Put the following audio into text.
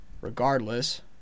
Regardless